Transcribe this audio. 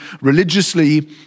religiously